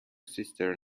sister